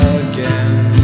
again